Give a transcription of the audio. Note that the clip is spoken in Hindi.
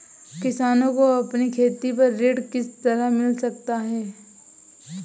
किसानों को अपनी खेती पर ऋण किस तरह मिल सकता है?